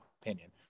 opinion